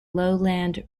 lowland